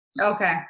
Okay